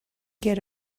get